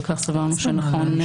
וכך סברנו שנכון,